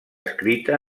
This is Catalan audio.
escrita